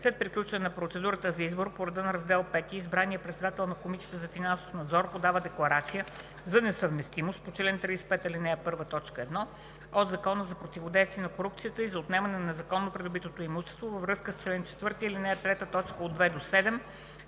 След приключване на процедурата за избор по реда на Раздел V избраният председател на Комисията за финансов надзор подава декларация за несъвместимост по чл. 35, ал. 1, т. 1 от Закона за противодействие на корупцията и за отнемане на незаконно придобитото имущество във връзка с чл. 4, ал. 3,